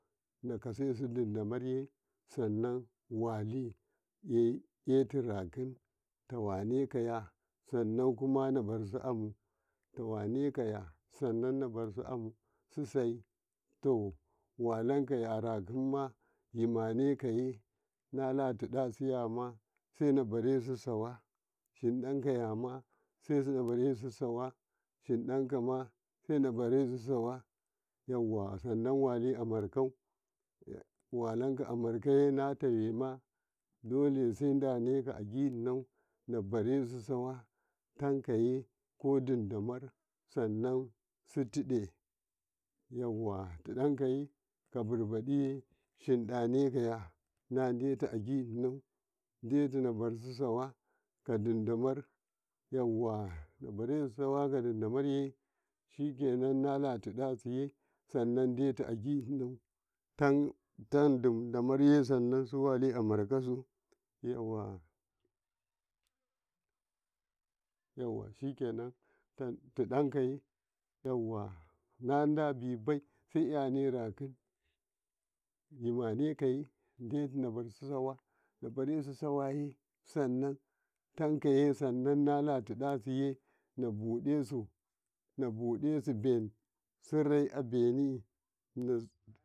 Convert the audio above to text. ﻿nakasesu didamarye sanan wali eai eatu rakin tawa nekaya sanan kima nabasu tawa nekaya sanan kima nabasu amu susai to walaka ya arakima yimaneya nataɗasiyema nabara sawa hinɗakayama senaba rasuwa yaw a sanan waliamako walaka amarkaye natawema do lesuma damaka ajino menabarasuwa takaye ko didamarye sanan sutabe yawa takaye ka bibaɗiye shiɗanekaye naduto'ajino deto ibarasuwa didamarye yawa nabarasu saw ko didamarye shikenan saiɗachi saidoto agono yen didamarye sanan suwali amarkasu yawa shiken tidakaye yawa nalabib sai kynerakin yimanekaye natu na barra su sawa naba ra sawaye takaye nalatikaysiya nabu dusu benusur abenisu sura'abeneye.